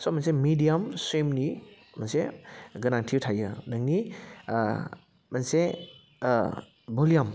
स' मोनसे मेडियाम सुइमनि मोनसे गोनांथि थायो नोंनि मोनसे भुलियाम